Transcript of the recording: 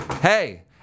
hey